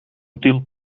útil